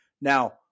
Now